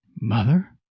Mother